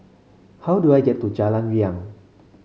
how do I get to Jalan Riang